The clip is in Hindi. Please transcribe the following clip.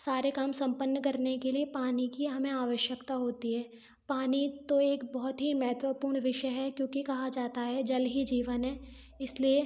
सारे काम संपन्न करने के लिए पानी की हमें आवश्यकता होती है पानी तो एक बहुत ही महत्वपूर्ण विषय है क्योंकि कहा जाता है जल ही जीवन है इसलिए